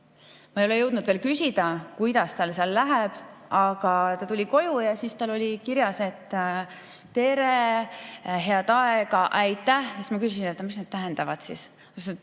Ma ei ole jõudnud veel küsida, kuidas tal seal läheb, aga ta tuli koju ja siis tal oli kirjas "Tere!", "Head aega!" ja "Aitäh!" Ma küsisin, mis need tähendavad siis.